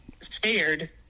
scared